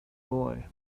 boy